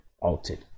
altered